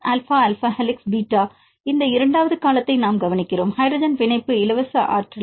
மாணவர் alpha alpha helix மாணவர் beta இந்த இரண்டாவது காலத்தை நாம் கவனிக்கிறோம் ஹைட்ரஜன் பிணைப்பு இலவச ஆற்றல்